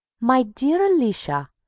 my dear alicia,